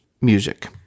music